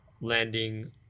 landing